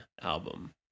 album